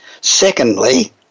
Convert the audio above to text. Secondly